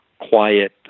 quiet